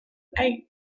eight